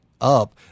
up